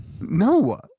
No